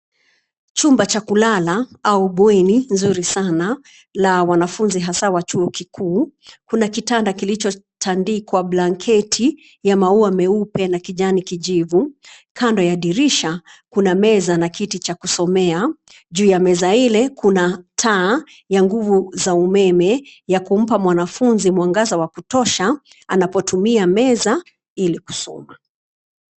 Chumba cha kulala au bweni nzuri sana la wanafunzi hasa wa chuo kikuu. Kuna kitanda kilichotandikwa blanketi ya maua meupe na kijani kijivu. Kando ya dirisha kuna meza na kiti cha kusomea. Juu ya meza ile kuna taa ya nguvu za umeme ya kumpa mwanafunzi mwangaza wa kutosha anapotumia meza ili kusoma.